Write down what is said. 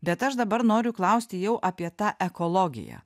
bet aš dabar noriu klausti jau apie tą ekologiją